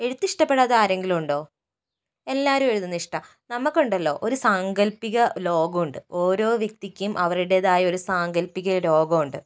എഴുത്ത് ഇഷ്ടപ്പെടാത്ത ആരെങ്കിലും ഉണ്ടോ എല്ലാവരും എഴുതുന്നത് ഇഷ്ടമാണ് നമ്മൾക്കുണ്ടല്ലോ ഒരു സാങ്കല്പിക ലോകം ഉണ്ട് ഓരോ വ്യക്തിക്കും അവരുടേതായ ഒരു സാങ്കല്പിക ലോകം ഉണ്ട്